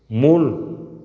मूल